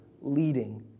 leading